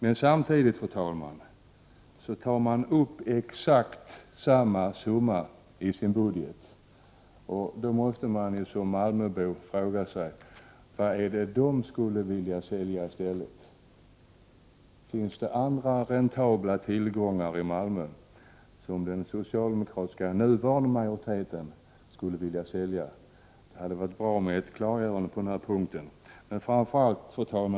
Men samtidigt, fru talman, tar de upp exakt samma summa i sin budget. Då måste man som malmöbo fråga sig vad det är de skulle vilja sälja i stället. Finns det andra räntabla tillgångar i Malmö som den nuvarande socialdemokratiska majoriteten skulle vilja sälja? Det hade varit bra med ett klargörande på den punkten. Fru talman!